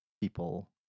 people